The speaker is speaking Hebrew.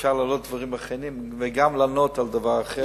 שאפשר להעלות דברים אחרים, וגם לענות על דבר אחר.